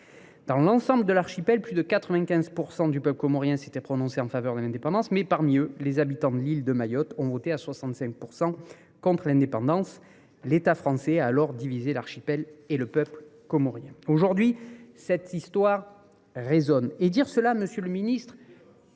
dans l’ensemble de l’archipel, plus de 95 % du peuple comorien s’était prononcé en faveur de l’indépendance. Mais, en son sein, les habitants de l’île de Mayotte avaient voté à 65 % contre l’indépendance. L’État français a alors divisé l’archipel et le peuple comoriens. Aujourd’hui cette histoire résonne. Il y a eu deux votes